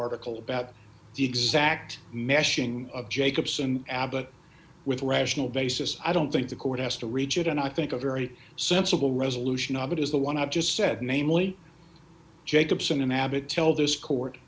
article about the exact meshing of jacobson abbott with rational basis i don't think the court has to reach it and i think a very sensible resolution of it is the one i've just said namely jacobson and abbott tell this court